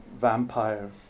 vampire